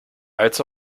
als